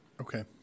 Okay